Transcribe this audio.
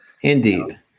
Indeed